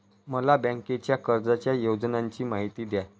मला बँकेच्या कर्ज योजनांची माहिती द्या